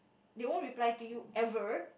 they won't reply to you ever